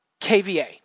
kVA